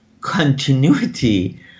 continuity